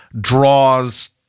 draws